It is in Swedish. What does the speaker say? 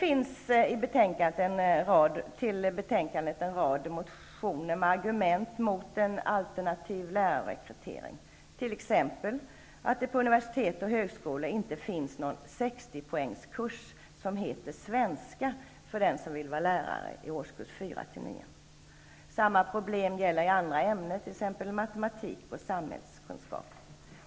I betänkandet behandlas en rad motioner med argument mot en alternativ lärarrekrytering, t.ex. att det på universitet och högskolor inte finns någon 60-poängskurs i svenska för den som vill bli lärare i årskurs 4--9. Samma problem gäller i andra ämnen, t.ex. matematik och samhällskunskap.